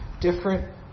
different